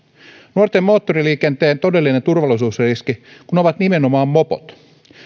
nuorten moottoriliikenteen todellinen turvallisuusriski kun ovat nimenomaan mopot